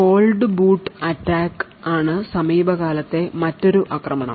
called boot attack ആണ് സമീപകാലത്തെ മറ്റൊരു ആക്രമണം